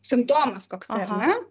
simptomas koks ar ne